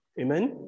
Amen